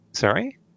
Sorry